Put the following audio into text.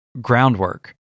groundwork